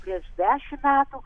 prieš dešimt metų